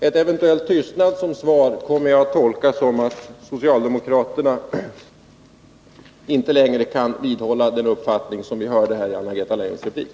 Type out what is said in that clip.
En eventuell tystnad som svar kommer jag att tolka som att socialdemokraterna inte längre kan vidhålla den uppfattning som vi hörde i Anna-Greta Leijons replik.